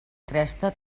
cresta